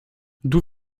d’où